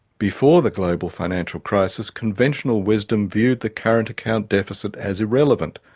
before the global financial crisis, conventional wisdom viewed the current account deficit as irrelevant.